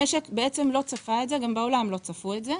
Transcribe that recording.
המשק לא צפה את זה, וגם בעולם לא צפו את זה.